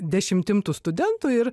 dešimt tų studentų ir